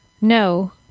No